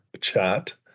chat